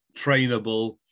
trainable